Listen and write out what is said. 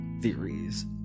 theories